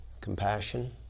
compassion